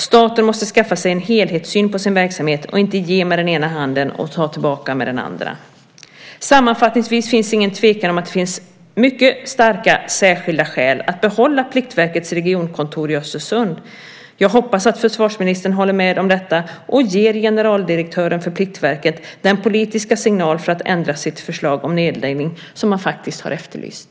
Staten måste skaffa sig en helhetssyn på sin verksamhet och inte ge med den ena handen och ta tillbaka med den andra. Sammanfattningsvis är det ingen tvekan om att det finns mycket starka särskilda skäl att behålla Pliktverkets regionkontor i Östersund. Jag hoppas att försvarsministern håller med om detta och ger generaldirektören för Pliktverket den politiska signal för att ändra sitt förslag om nedläggning som han faktiskt har efterlyst.